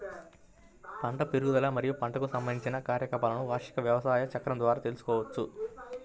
పంట పెరుగుదల మరియు పంటకు సంబంధించిన కార్యకలాపాలను వార్షిక వ్యవసాయ చక్రం ద్వారా తెల్సుకోవచ్చు